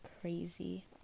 crazy